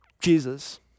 Jesus